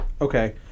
Okay